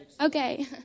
okay